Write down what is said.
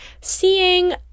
Seeing